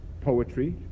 poetry